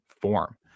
form